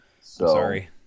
Sorry